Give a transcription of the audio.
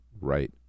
right